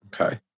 Okay